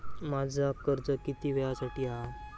माझा कर्ज किती वेळासाठी हा?